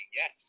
yes